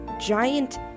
giant